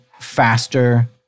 faster